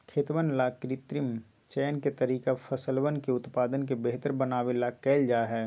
खेतवन ला कृत्रिम चयन के तरीका फसलवन के उत्पादन के बेहतर बनावे ला कइल जाहई